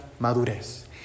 madurez